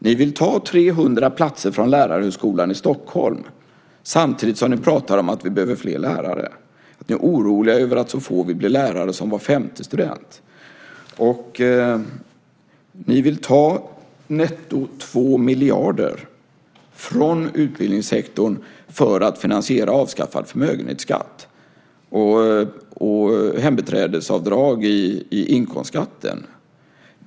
Ni vill ta 300 platser från Lärarhögskolan i Stockholm samtidigt som ni pratar om att vi behöver fler lärare och att ni är oroliga över att så få som var femte student vill bli lärare. Ni vill ta netto 2 miljarder från utbildningssektorn för att finansiera avskaffad förmögenhetsskatt och hembiträdesavdrag i inkomstskatten.